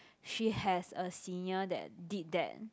she has a senior that did that